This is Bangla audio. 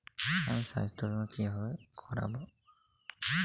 আমি স্বাস্থ্য বিমা কিভাবে করাব?